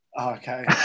okay